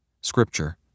Scripture